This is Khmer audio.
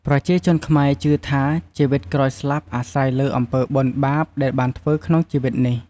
ប្រជាជនខ្មែរជឿថា ជីវិតក្រោយស្លាប់អាស្រ័យលើអំពើបុណ្យបាបដែលបានធ្វើក្នុងជីវិតនេះ។